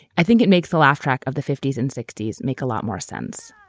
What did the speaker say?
i think it makes the laugh track of the fifty s and sixty s make a lot more sense.